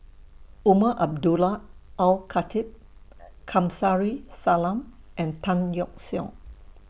Umar Abdullah Al Khatib Kamsari Salam and Tan Yeok Seong